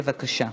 בבקשה.